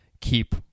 keep